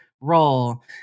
role